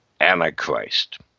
Antichrist